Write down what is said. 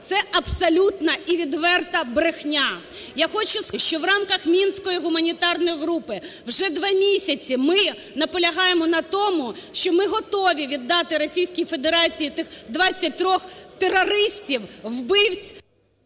Це абсолютна і відверта брехня! Я хочу сказати, що в рамках Мінської гуманітарної групи вже два місяці ми наполягаємо на тому, що ми готові віддати Російській Федерації тих 23 терористів, вбивць…